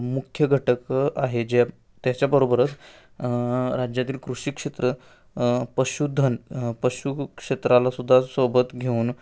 मुख्य घटक आहे ज्या त्याच्याबरोबरच राज्यातील कृषी क्षेत्र पशुधन पशु क्षेत्रालासुद्धा सोबत घेऊन